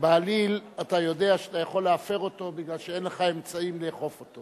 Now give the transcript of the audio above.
שבעליל אתה יודע שאתה יכול להפר אותו מפני שאין לך אמצעים לאכוף אותו?